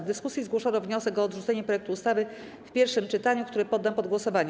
W dyskusji zgłoszono wniosek o odrzucenie projektu ustawy w pierwszym czytaniu, który poddam pod głosowanie.